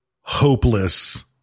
hopeless